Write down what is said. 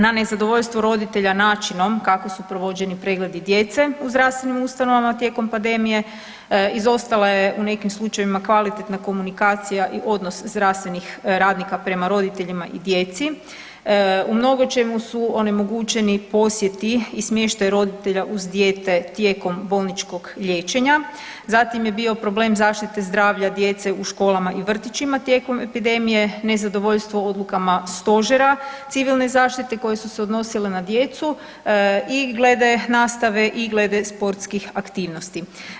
Na nezadovoljstvo roditelja načinom kako su provođeni pregledi djece u zdravstvenim ustanovama tijekom pandemije, izostala je u nekim slučajevima kvalitetna komunikacija i odnos zdravstvenih radnika prema roditeljima i djeci u mnogočemu su onemogućeni posjeti smještaj roditelja uz dijete tijekom bolničkog liječenja, zatim je bio problem zaštite zdravlja djece u školama i vrtićima tijekom epidemije, nezadovoljstvo odlukama Stožera civilne zaštite koje su se odnosile na djecu i glede nastave i glede sportskih aktivnosti.